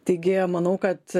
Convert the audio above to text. taigi manau kad